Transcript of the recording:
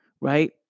right